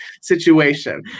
situation